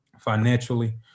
financially